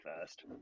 first